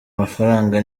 mafaranga